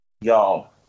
Y'all